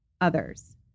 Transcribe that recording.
others